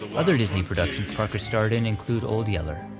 so other disney productions parker starred in include old yeller.